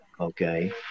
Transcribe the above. Okay